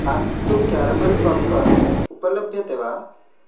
आक्टु caramel popcorn उपलभ्यते वा